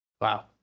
Wow